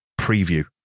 Preview